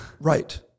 Right